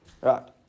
Right